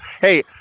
hey